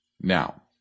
Now